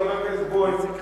חבר הכנסת בוים,